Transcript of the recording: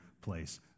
place